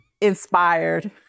inspired